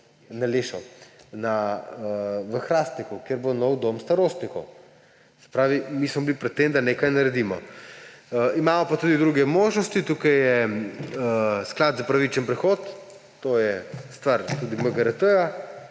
v Hrastniku, kjer bo nov dom starostnikov. Se pravi, mi smo bili pred tem, da nekaj naredimo. Imamo pa tudi druge možnosti, tukaj je sklad za pravičen prehod, to je stvar tudi MGRT,